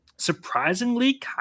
surprisingly